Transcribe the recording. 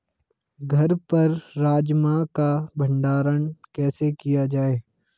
घर पर राजमा का भण्डारण कैसे किया जाय?